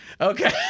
Okay